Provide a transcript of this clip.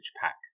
pack